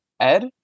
Ed